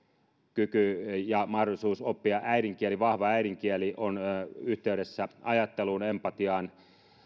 kyky ja mahdollisuus oppia äidinkieli vahva äidinkieli on yhteydessä ajatteluun empatiaan